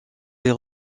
des